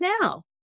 now